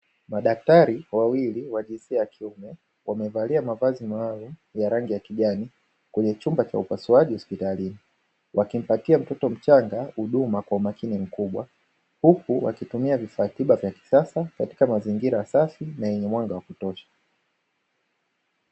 Madaktari wawili wa jinsia ya kiume wamevalia mavazi maalumu ya rangi ya kijani kwenye chumba cha upasuaji hospitalini, wakimpatia mtoto mchanga huduma kwa umakini mkubwa huku wakitumia vifaa tiba vya kisasa katika mazingira safi na yenye mwanga wa kutosha.